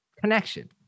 connection